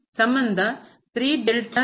ಸಂಬಂಧ 3